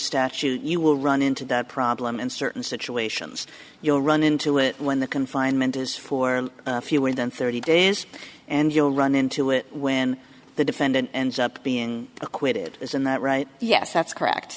statute you will run into the problem in certain situations you'll run into it when the confinement is for fewer than thirty days and you'll run into it when the defendant and being acquitted isn't that right yes that's correct